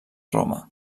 roma